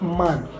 man